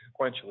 sequentially